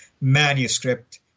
manuscript